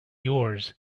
yours